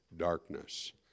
darkness